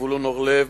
זבולון אורלב,